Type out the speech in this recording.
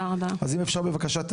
בבקשה.